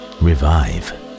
revive